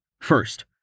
First